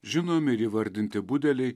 žinomi ir įvardinti budeliai